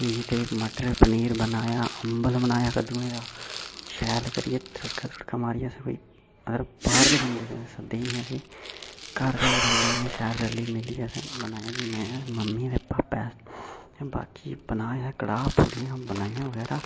ते मटर पनीर बनाया अम्बल बनाया कद्दुऐं दा शैल करियै त्रड़कां त्रड़ुका मारियै असें कोई बाह्र दे बंदे सद्दे दे गै नेईं हे असें घर दे गै बंदे शैल रली मिलियै बनाई में मम्मी ते भापै बाकी बनाया कड़ाह् पुड़ियां बनाइयां बगैरा